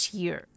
year